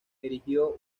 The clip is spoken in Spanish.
erigió